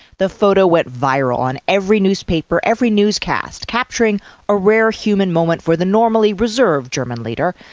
the photo went viral on every newspaper, every newscast. capturing a rear human moment for the normally reserved german leader,